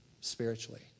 spiritually